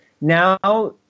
Now